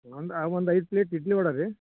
ಒಂದು ಒಂದು ಐದು ಪ್ಲೇಟ್ ಇಡ್ಲಿ ವಡೆ ರೀ